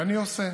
ואני עושה.